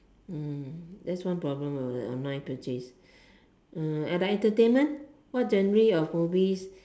mm that's one problem ah the online purchase uh and the entertainment what genre of movies